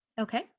okay